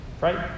right